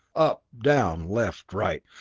up, down, left, right,